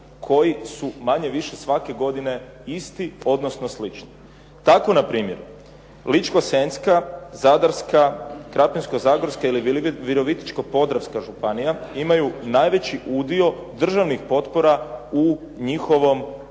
koji su manje-više svake godine isti, odnosno slični. Tako npr. Ličko-senjska, Zadarska, Krapinsko-zagorska ili Virovitičko-podravska županija imaju najveći udio državnih potpora u njihovom